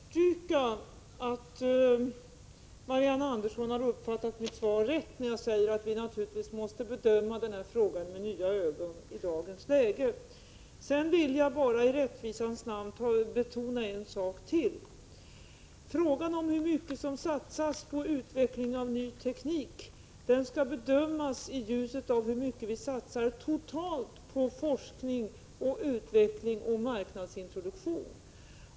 Herr talman! Jag vill understryka att Marianne Andersson uppfattar mitt svar rätt när jag säger att vi naturligtvis måste bedöma den här frågan med nya ögon i dagens läge. Sedan vill jag bara i rättvisans namn betona en sak till. Frågan om hur mycket som satsas på utveckling av ny teknik skall bedömas i ljuset av hur mycket vi satsar totalt på forskning, utveckling och marknadsintroduktion.